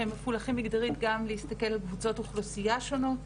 שהם מפולחים מגדרית גם להסתכל על קבוצות אוכלוסיה שונות,